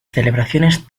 celebraciones